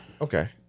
Okay